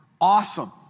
awesome